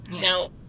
Now